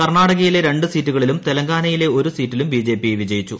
കർണാടകയിലെ രണ്ടു സീറ്റുകളിലും തെലങ്കാനയിലെ ഒരു സീറ്റിലും ബിജെപി വിജയിച്ചു